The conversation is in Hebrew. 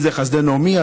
אם זה חסדי נעמי,